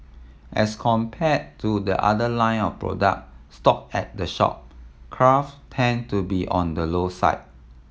as compared to the other line of product stocked at the shop craft tend to be on the low side